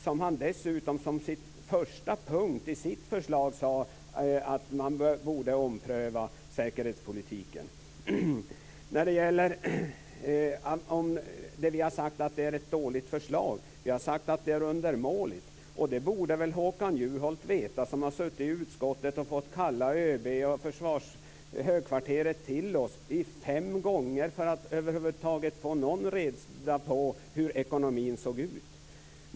Dessutom sade han som en första punkt i sitt förslag att man borde ompröva säkerhetspolitiken. Sedan vill jag kommentera detta med att vi sagt att det är ett dåligt förslag. Vi har sagt att det är undermåligt. Det borde Håkan Juholt veta som ju suttit med i utskottet och som fem gånger har fått kalla ÖB och högkvarteret till utskottet; detta för att över huvud taget få någon rätsida på hur ekonomin såg ut.